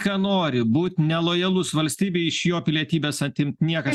ką nori būt nelojalus valstybei iš jo pilietybės atimt niekas